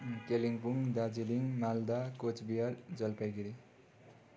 Kalimpong Darjeeling Malda Cooch Behar Jalpaiguri